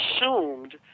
assumed